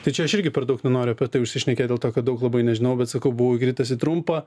tai čia aš irgi per daug nenoriu apie tai užsišnekėt dėl to kad daug labai nežinau bet sakau buvau įkritęs į trumpą